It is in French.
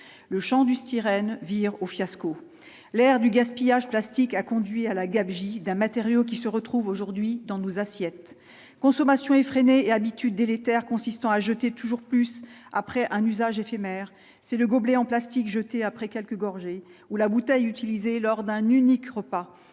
Le Chant du styrène vire au fiasco, l'air du gaspillage, a conduit à la gabegie d'un matériau qui se retrouvent aujourd'hui dans nos assiettes consommation effrénée et habitudes délétère consistant à jeter toujours plus après un usage éphémère, c'est le gobelet en plastique jeté après quelques gorgées ou la bouteille utilisée lors d'un unique repas